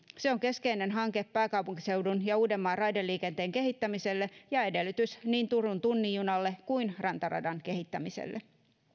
se on keskeinen hanke pääkaupunkiseudun ja uudenmaan raideliikenteen kehittämiselle ja edellytys niin turun tunnin junalle kuin rantaradan kehittämiselle